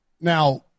now